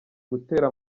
gutera